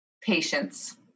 Patience